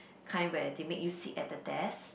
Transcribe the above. kind where they make you sit at the desk